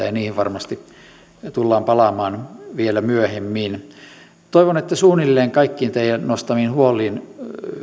ja niihin varmasti tullaan palaamaan vielä myöhemmin toivon että suunnilleen kaikkien teidän nostamiin huoliin